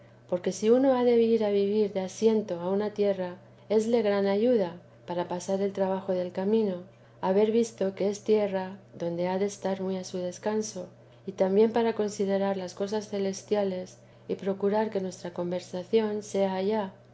porque si uno ha de ir a vivir de asiento a una tierra esle gran ayuda para pasar el trabajo del camino haber visto que es tierra donde ha de estar muv a su descanso y también para considerar las cosas celestiales y procurar que nuestra conversación sea